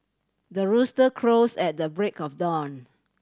the rooster crows at the break of dawn